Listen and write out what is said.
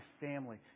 family